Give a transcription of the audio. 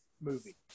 movie